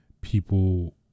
people